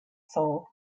soul